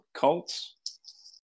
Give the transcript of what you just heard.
cults